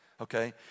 okay